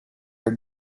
are